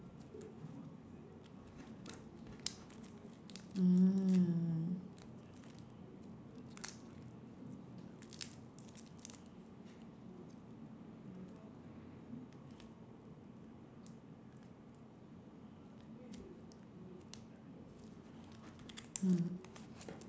mm